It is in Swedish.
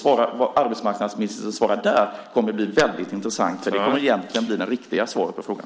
Vad arbetsmarknadsministern svarar där kommer att bli väldigt intressant, för det kommer egentligen att bli det riktiga svaret på frågan.